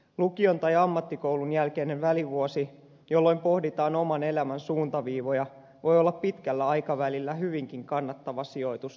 lukion tai ammattikoulun jälkeinen välivuosi jolloin pohditaan oman elämän suuntaviivoja voi olla pitkällä aikavälillä hyvinkin kannattava sijoitus tulevaisuuteen